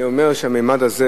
אני אומר שהממד הזה,